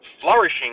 flourishing